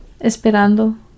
esperando